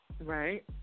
Right